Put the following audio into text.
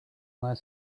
where